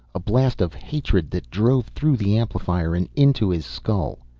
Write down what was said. a blast of hatred that drove through the amplifier and into his skull.